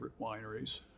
wineries